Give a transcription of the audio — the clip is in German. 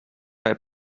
bei